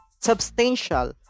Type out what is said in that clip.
substantial